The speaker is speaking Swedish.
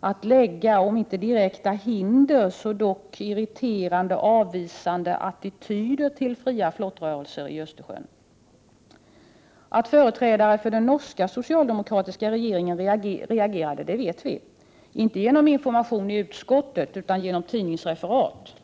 att lägga om inte direkt hinder för så dock markera irriterade avvisande attityder till fria flottrörelser i Östersjön? Att företrädare för den norska socialdemokratiska regeringen reagerade vet vi, inte genom information i utskottet, utan genom tidningsreferat.